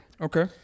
Okay